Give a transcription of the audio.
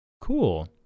Cool